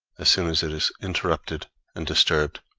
as soon as it is interrupted and disturbed,